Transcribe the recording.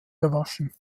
gewaschen